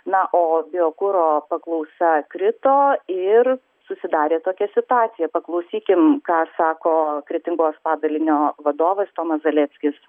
na o biokuro paklausa krito ir susidarė tokia situacija paklausykim ką sako kretingos padalinio vadovas tomas zaleckis